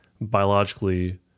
biologically